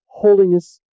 Holiness